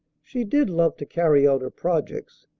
she did love to carry out her projects,